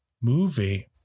movie